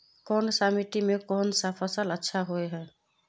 कोन सा मिट्टी में कोन फसल अच्छा होय है?